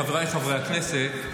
חבריי חברי הכנסת,